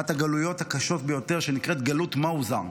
אחת הגלויות הקשות ביותר נקראת גלות מוזע.